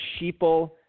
sheeple